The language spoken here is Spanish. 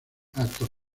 actos